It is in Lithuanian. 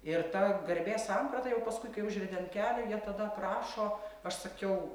ir ta garbės samprata jau paskui kai užvedi ant kelio jie tada aprašo aš sakiau